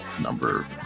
number